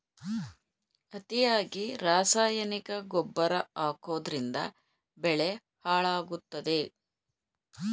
ಅತಿಯಾಗಿ ರಾಸಾಯನಿಕ ಗೊಬ್ಬರ ಹಾಕೋದ್ರಿಂದ ಬೆಳೆ ಹಾಳಾಗುತ್ತದೆ